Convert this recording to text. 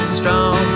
strong